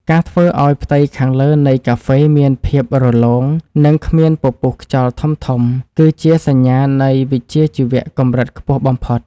ការធ្វើឱ្យផ្ទៃខាងលើនៃកាហ្វេមានភាពរលោង និងគ្មានពពុះខ្យល់ធំៗ គឺជាសញ្ញានៃវិជ្ជាជីវៈកម្រិតខ្ពស់បំផុត។